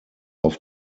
auf